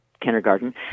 kindergarten